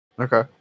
Okay